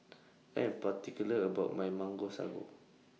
I Am particular about My Mango Sago